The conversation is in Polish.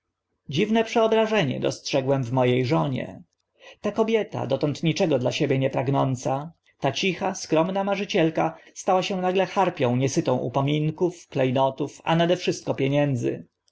dziwne przeobrażenie dostrzegłem w mo e żonie ta kobieta dotąd niczego dla siebie nie pragnąca ta cicha skromna marzycielka stała się nagle harpią niesytą upominków kle notów a nade wszystko pieniędzy